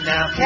Now